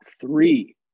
three